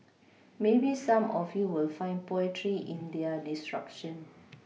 maybe some of you will find poetry in their destruction